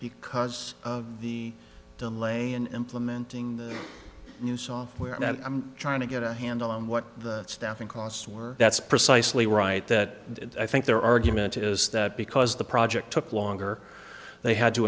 because of the delay in implementing new software and i'm trying to get a handle on what the staffing costs were that's precisely right that i think their argument is that because the project took longer they had to